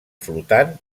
flotant